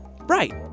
Right